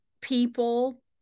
people